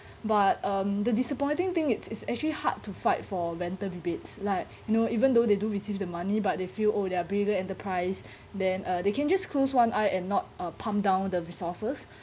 but um the disappointing thing it's it's actually hard to fight for rental rebates like you know even though they do receive the money but they feel oh there are bigger enterprise then uh they can just close one eye and not uh pump down the resources